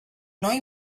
noi